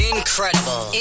Incredible